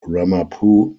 ramapo